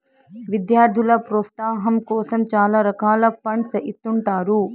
విద్యార్థుల ప్రోత్సాహాం కోసం చాలా రకాల ఫండ్స్ ఇత్తుంటారు